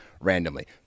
randomly